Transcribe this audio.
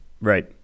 right